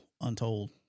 untold